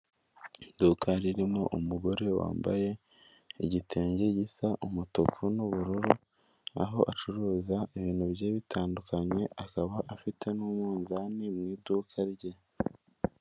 Iduka ririmo umugore wambaye igitenge gisa umutuku n'ubururu, aho acuruza ibintu bye bitandukanye, akaba afitemo n'umunzani mu iduka rye.